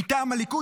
מטעם הליכוד,